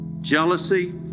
jealousy